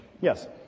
Yes